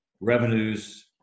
revenues